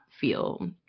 feel